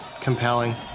compelling